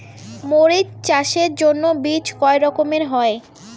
মরিচ চাষের জন্য বীজ কয় রকমের হয়?